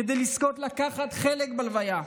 כדי לזכות לקחת חלק בהלוויה,